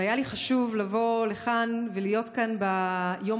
והיה לי חשוב לבוא לכאן ולהיות כאן ביום